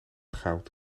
goud